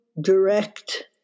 direct